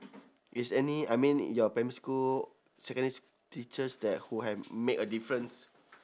is any I mean in your primary school secondary s~ teachers that who have make a difference